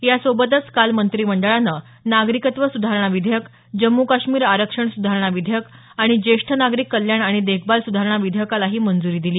यासोबतच काल मंत्रिमंडळानं नागरिकत्व सुधारणा विधेयक जम्मू काश्मीर आरक्षण सुधारणा विधेयक आणि ज्येष्ठ नागरिक कल्याण आणि देखभाल सधारणा विधेयकालाही मंजुरी दिली